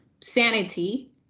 sanity